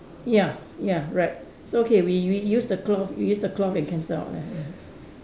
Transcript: ya ya right so okay we we use the cloth we use the cloth and cancel out ya ya